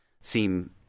seem